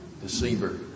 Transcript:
Deceiver